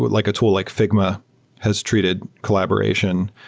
like a tool, like figma has treated collaboration,